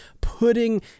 putting